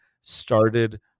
started